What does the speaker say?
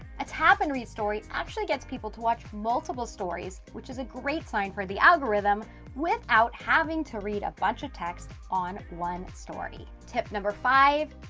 a tap and read story actually gets people to watch multiple stories, which is a great sign for the algorithm without having to read a bunch of text on one story. tip number five,